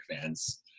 fans